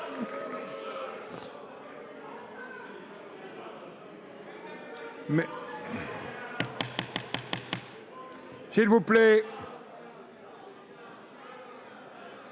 S'il vous plaît,